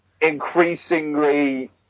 increasingly